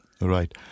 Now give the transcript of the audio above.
Right